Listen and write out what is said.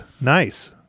Nice